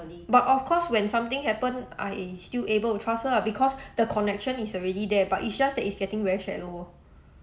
but of course when something happen I still able to trust her ah because the connection is already there but it's just that is getting very shallow